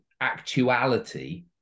actuality